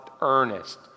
earnest